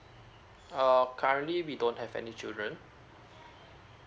err currently we don't have any children